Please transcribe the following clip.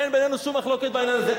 אין בינינו שום מחלוקת בעניין הזה.